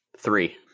Three